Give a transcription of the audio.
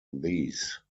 these